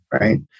Right